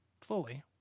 fully